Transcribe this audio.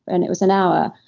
and it was an hour.